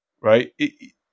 right